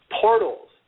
portals